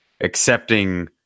accepting